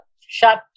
shut